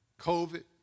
COVID